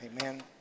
Amen